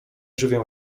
żywię